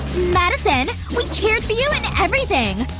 madison. we cheered for you and everything.